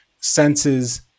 senses